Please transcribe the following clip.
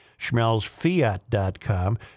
SchmelzFiat.com